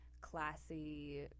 classy